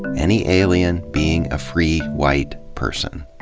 any alien, being a free white person.